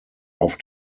auf